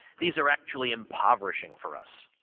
these are actually impoverishing for us.